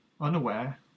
Unaware